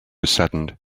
saddened